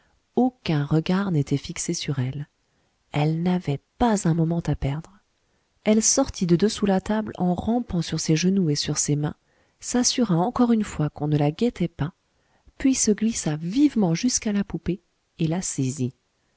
aucun regard n'était fixé sur elle elle n'avait pas un moment à perdre elle sortit de dessous la table en rampant sur ses genoux et sur ses mains s'assura encore une fois qu'on ne la guettait pas puis se glissa vivement jusqu'à la poupée et la saisit